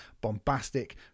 bombastic